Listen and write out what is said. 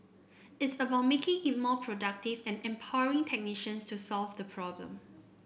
it's about making it more productive and empowering technicians to solve the problem